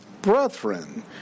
Brethren